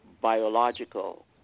biological